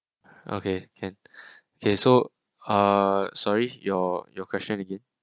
okay can okay so uh sorry your your question again